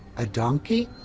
a donkey?